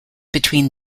between